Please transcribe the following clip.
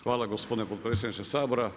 Hvala gospodine potpredsjedniče Sabora.